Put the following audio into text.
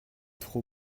trop